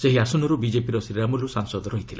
ସେହି ଆସନରୁ ବିଜେପିର ଶ୍ରୀରାମୁଲୁ ସାଂସଦ ଥିଲେ